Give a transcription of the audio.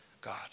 God